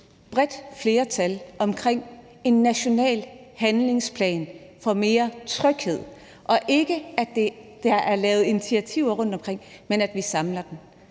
bredt flertal om en national handlingsplan for mere tryghed, og ikke at der bliver lavet initiativer rundtomkring, men at vi samler dem.